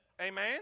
Amen